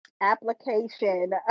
application